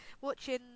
watching